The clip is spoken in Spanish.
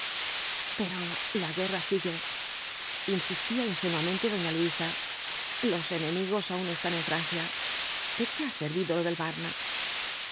pero la guerra sigue insistía ingenuamente doña luisa los enemigos aun están en francia de qué ha servido lo del marne